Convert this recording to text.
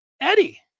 Eddie